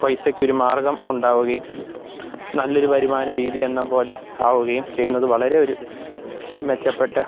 പൈസയ്ക്കൊരു മാർഗം ഉണ്ടാവുകയും നല്ലൊരു വരുമാന രീതി എന്നതുപോലെ ആവുകയും ചെയ്യുന്നത് വളരെ ഒരു മെച്ചപ്പെട്ട